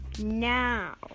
Now